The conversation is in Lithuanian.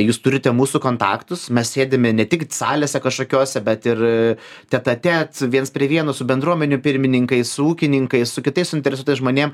jūs turite mūsų kontaktus mes sėdime ne tik salėse kažkokiose bet ir tet a tet viens prie vieno su bendruomenių pirmininkais su ūkininkais su kitais suinteresuotais žmonėm